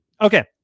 Okay